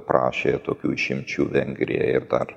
prašė tokių išimčių vengrija ir dar